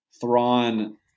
Thrawn